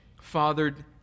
fathered